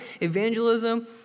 Evangelism